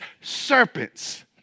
serpents